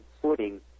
footing